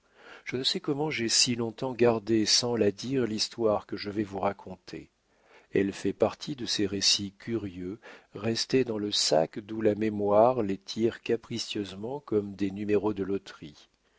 je ne sais comment j'ai si long-temps gardé sans la dire l'histoire que je vais vous raconter elle fait partie de ces récits curieux restés dans le sac d'où la mémoire les tire capricieusement comme des numéros de loterie